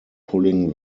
pulling